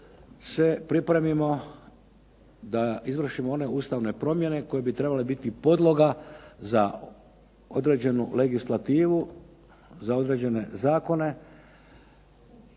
se pripremimo da izvršimo one ustavne promjene koje bi trebale biti podloga za određenu legislativu, za određene zakone